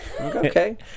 okay